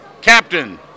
Captain